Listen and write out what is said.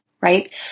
Right